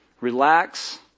Relax